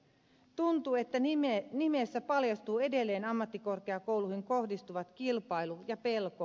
tuntuu että nimessä paljastuu edelleen ammattikorkeakouluihin kohdistuva kilpailu ja pelko